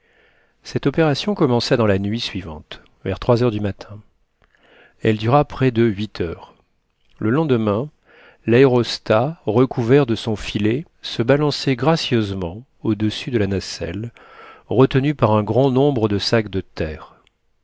cette opération commença dans la nuit suivante vers trois heures du matin elle dura près de huit heures le lendemain laérostat recouvert de son filet se balançait gracieusement au-dessus de-là nacelle retenu par un grand nombre de sacs de terre